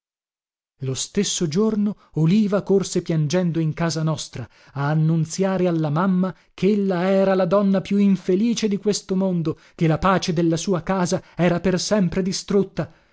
lo stesso giorno oliva corse piangendo in casa nostra ad annunziare alla mamma chella era la donna più infelice di questo mondo che la pace della sua casa era per sempre distrutta